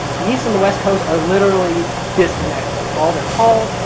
the east and the west coast are literally disconnected. like all their calls,